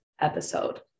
episode